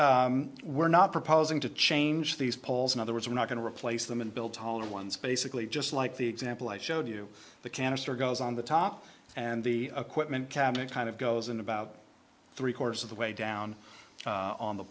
these we're not proposing to change these poles in other words we're not going to replace them and build taller ones basically just like the example i showed you the canister goes on the top and the equipment cabinet kind of goes in about three quarters of the way down on the